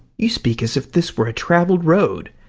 you speak as if this were a travelled road.